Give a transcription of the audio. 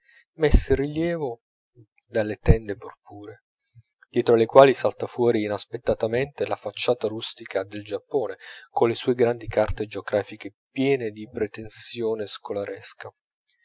messe in rilievo dalle tende purpuree dietro alle quali salta fuori inaspettatamente la facciata rustica del giappone colle sue grandi carte geografiche piene di pretensione scolaresca